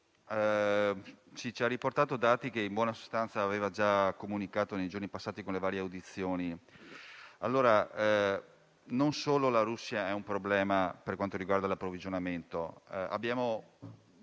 ci ha riportato dati che in buona sostanza aveva già comunicato nei giorni passati nelle varie audizioni. Non solo la Russia è un problema per quanto riguarda l'approvvigionamento: ci sono